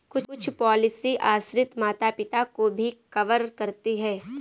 कुछ पॉलिसी आश्रित माता पिता को भी कवर करती है